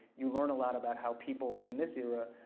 you learn a lot about how people in this era,